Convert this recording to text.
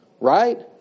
Right